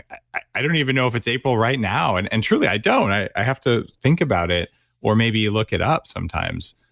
i i don't even know if it's april right now and and truly i don't, i have to think about it or maybe you look it up sometimes,